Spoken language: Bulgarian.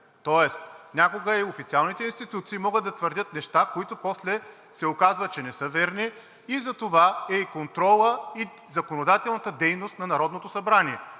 Тоест някога и официалните институции могат да твърдят неща, които после се оказва, че не са верни, и затова е и контролът, и законодателната дейност на Народното събрание.